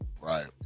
Right